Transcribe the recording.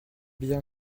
bien